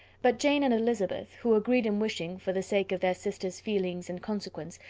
but jane and elizabeth, who agreed in wishing, for the sake of their sister's feelings and consequence,